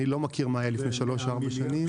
אני לא מכיר מה היה לפני שלוש-ארבע שנים.